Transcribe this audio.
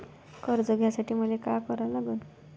कर्ज घ्यासाठी मले का करा लागन?